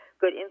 good